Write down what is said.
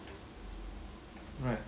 right